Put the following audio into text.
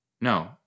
no